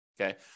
okay